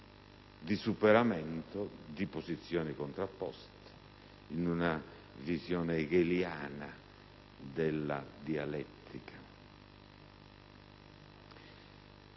di superamento delle posizioni contrapposte, in una visione hegeliana della dialettica.